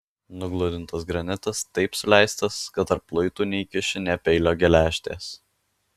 nugludintas granitas taip suleistas kad tarp luitų neįkiši nė peilio geležtės